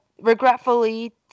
regretfully